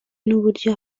n’uburyo